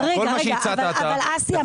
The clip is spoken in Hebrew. אסי,